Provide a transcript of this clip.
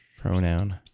pronoun